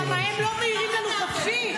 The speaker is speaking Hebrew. למה, הם לא מעירים לנו חופשי?